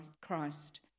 Christ